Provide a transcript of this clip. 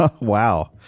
wow